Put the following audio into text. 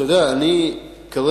אתה יודע, אני כרגע,